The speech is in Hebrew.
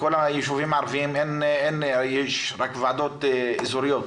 בכל היישובים הערביים יש רק ועדות אזוריות,